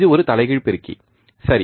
இது ஒரு தலைகீழ் பெருக்கி சரி